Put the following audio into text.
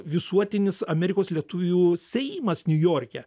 visuotinis amerikos lietuvių seimas niujorke